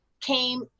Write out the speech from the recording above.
came